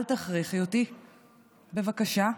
אל תכריחי אותי, בבקשה.